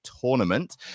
tournament